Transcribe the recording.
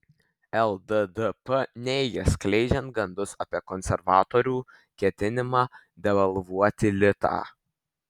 lddp neigia skleidžianti gandus apie konservatorių ketinimą devalvuoti litą